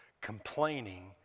complaining